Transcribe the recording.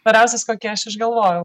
tvariausias kokį aš išgalvojau